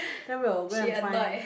then we'll go and find